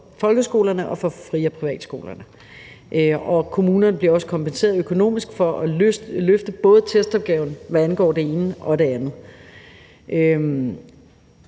folkeskolerne og fri- og privatskolerne. Kommunerne bliver også kompenseret økonomisk for at løfte testopgaven, både hvad angår det ene og det andet.